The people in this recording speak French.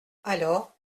alors